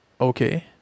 Okay